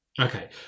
Okay